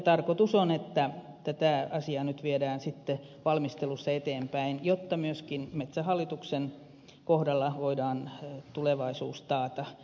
tarkoitus on että tätä asiaa nyt viedään sitten valmistelussa eteenpäin jotta myöskin metsähallituksen kohdalla voidaan tulevaisuus taata